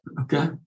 Okay